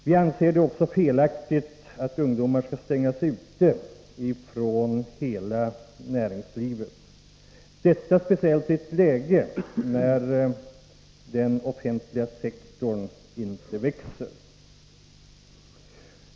Vi anser det också vara felaktigt att ungdomar skall stängas ute från hela näringslivet — särskilt i ett läge när den offentliga sektorn inte växer.